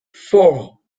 four